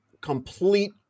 complete